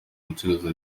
gucuruza